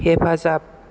हेफाजाब